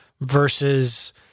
versus